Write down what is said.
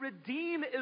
redeem